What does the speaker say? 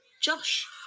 Josh